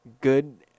Good